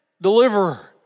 Deliverer